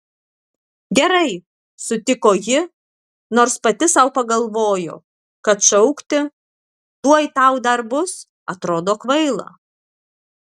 gerai sutiko ji nors pati sau pagalvojo kad šaukti tuoj tau dar bus atrodo kvaila